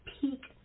peak